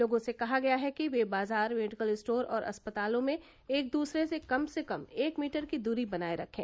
लोगों से कहा गया है कि वे बाजार मेडिकल स्टोर और अस्पतालों में एक द्रसरे से कम से कम एक मीटर की दूरी बनाये रखें